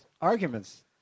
arguments